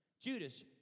Judas